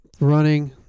running